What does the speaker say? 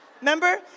Remember